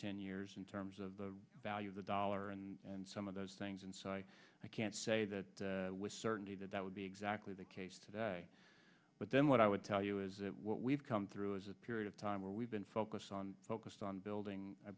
ten years in terms of the value of the dollar and some of those things and so i i can't say that with certainty that that would be exactly the case today but then what i would tell you is that what we've come through is a period of time where we've been focused on focused on building i